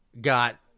got